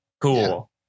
Cool